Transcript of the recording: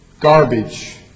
garbage